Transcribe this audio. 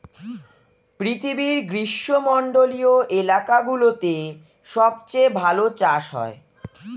পৃথিবীর গ্রীষ্মমন্ডলীয় এলাকাগুলোতে সবচেয়ে ভালো চাষ হয়